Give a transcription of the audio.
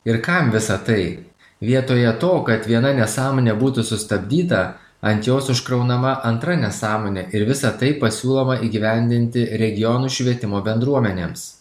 ir kam visa tai vietoje to kad viena nesąmonė būtų sustabdyta ant jos užkraunama antra nesąmonė ir visa tai pasiūloma įgyvendinti regionų švietimo bendruomenėms